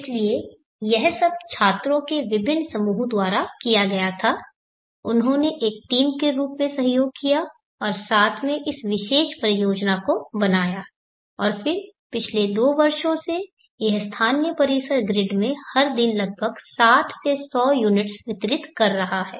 इसलिए यह सब छात्रों के विभिन्न समूहों द्वारा किया गया था उन्होंने एक टीम के रूप में सहयोग किया और साथ में इस विशेष परियोजना को बनाया और फिर पिछले दो वर्षों से यह स्थानीय परिसर ग्रिड को हर दिन लगभग 60 से 100 यूनिट्स वितरित कर रहा है